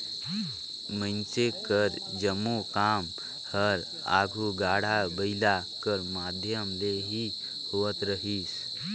मइनसे कर जम्मो काम हर आघु गाड़ा बइला कर माध्यम ले ही होवत रहिस